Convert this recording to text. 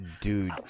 dude